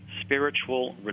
spiritual